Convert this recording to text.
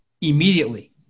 immediately